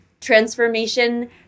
transformation